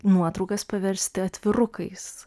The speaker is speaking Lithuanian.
nuotraukas paversti atvirukais